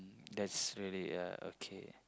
that's really uh okay